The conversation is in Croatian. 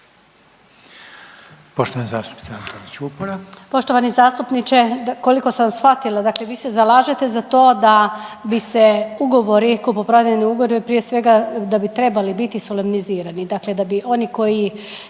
Poštovani zastupniče, koliko sam shvatila dakle vi se zalažete za to da bi se ugovori, kupoprodajni ugovori prije svega da bi trebali biti solemnizirani, dakle da bi oni koji